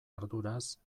arduraz